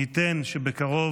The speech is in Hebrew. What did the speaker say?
מי ייתן שבקרוב